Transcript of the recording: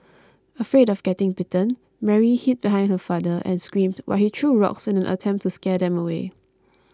afraid of getting bitten Mary hid behind her father and screamed while he threw rocks in an attempt to scare them away